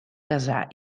casar